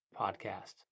podcast